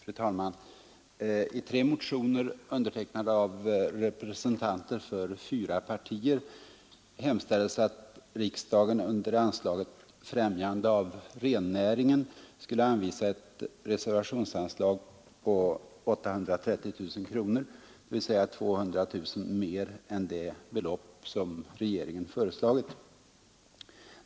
Fru talman! I tre motioner, undertecknade av representanter för fyra partier, hemställs att riksdagen under anslaget Främjande av rennäringen anvisar ett reservationsanslag om 830 000 kronor, dvs. 200 000 kronor mer än det belopp som regeringen föreslagit.